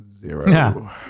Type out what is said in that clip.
Zero